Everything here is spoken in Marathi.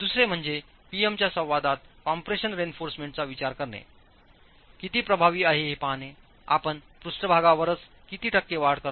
दुसरे म्हणजे P M च्या संवादात कम्प्रेशन रेइन्फॉर्समेंटचा विचार करणे किती प्रभावी आहे हे पाहणेआपण पृष्ठभागावरच किती टक्के वाढ करता